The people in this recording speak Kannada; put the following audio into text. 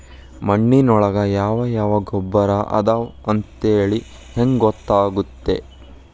ಮಣ್ಣಿನೊಳಗೆ ಯಾವ ಯಾವ ಗೊಬ್ಬರ ಅದಾವ ಅಂತೇಳಿ ಹೆಂಗ್ ಗೊತ್ತಾಗುತ್ತೆ?